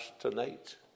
tonight